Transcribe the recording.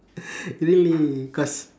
really cause